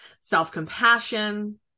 self-compassion